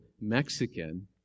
Mexican